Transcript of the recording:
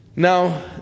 Now